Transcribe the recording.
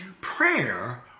Prayer